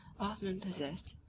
othman possessed,